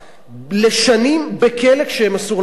לשנים בכלא, כשאסור להם לצאת.